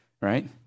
right